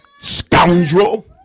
scoundrel